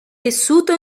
tessuto